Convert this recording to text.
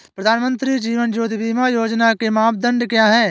प्रधानमंत्री जीवन ज्योति बीमा योजना के मानदंड क्या हैं?